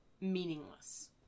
meaningless